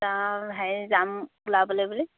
তো হেৰি যাম ওলাবলৈ বুলি